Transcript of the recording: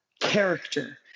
character